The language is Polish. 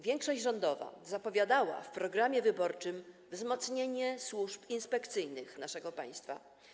Większość rządowa zapowiadała w programie wyborczym wzmocnienie służb inspekcyjnych naszego państwa.